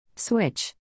Switch